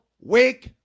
wake